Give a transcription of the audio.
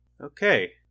Okay